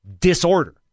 disorder